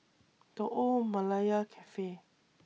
The Old Malaya Cafe